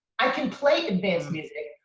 i can play advanced music,